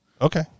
Okay